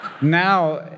Now